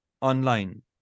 online